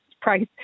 price